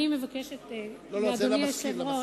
אני מבקשת, אדוני היושב-ראש,